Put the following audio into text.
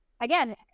again